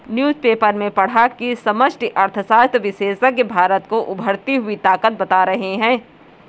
newspaper में पढ़ा की समष्टि अर्थशास्त्र विशेषज्ञ भारत को उभरती हुई ताकत बता रहे हैं